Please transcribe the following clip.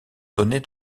donner